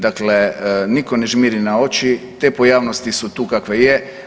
Dakle nitko ne žmiri na oči, te pojavnosti su tu kakve je.